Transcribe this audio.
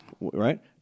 right